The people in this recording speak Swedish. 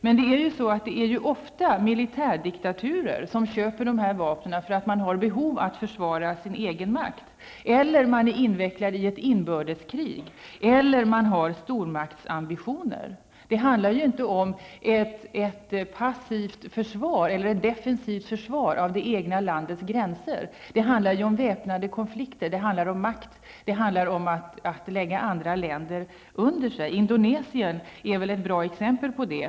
Men det är ju ofta militärdiktaturer som köper dessa vapen för att man har behov av att försvara sin egen makt, för att man är invecklad i ett inbördeskrig eller för att man har stormaktsambitioner. Det handlar ju inte om ett passivt försvar eller ett defensivt försvar av det egna landets gränser. Det handlar om väpnade konflikter, det handlar om makt och det handlar om att lägga andra länder under sig. Indonesien är väl ett bra exempel på det.